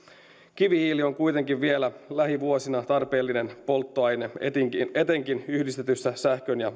kivihiili on kuitenkin vielä lähivuosina tarpeellinen polttoaine etenkin yhdistetyssä sähkön ja